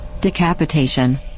decapitation